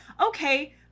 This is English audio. Okay